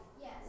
yes